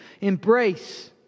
embrace